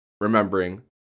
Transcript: remembering